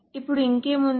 ఇప్పుడు ఇంకేముంది